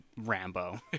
Rambo